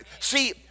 See